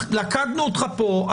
לכדנו אותך פה,